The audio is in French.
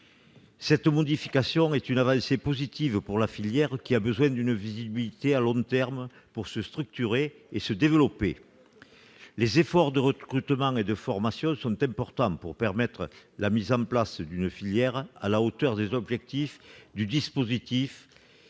Cette modification constitue une avancée positive pour la filière, qui a besoin d'une visibilité à long terme pour se structurer et se développer. Les efforts de recrutement et de formation sont importants pour permettre la mise en place d'une filière à la hauteur des objectifs du dispositif,